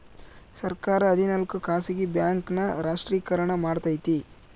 ಸರ್ಕಾರ ಹದಿನಾಲ್ಕು ಖಾಸಗಿ ಬ್ಯಾಂಕ್ ನ ರಾಷ್ಟ್ರೀಕರಣ ಮಾಡೈತಿ